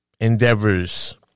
endeavors